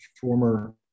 former